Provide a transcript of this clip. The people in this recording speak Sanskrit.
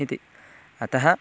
इति अतः